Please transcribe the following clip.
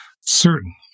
certain